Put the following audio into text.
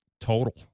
total